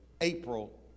April